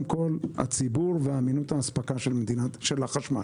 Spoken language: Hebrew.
כל הציבור ואמינות האספקה של החשמל.